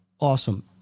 Awesome